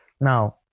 Now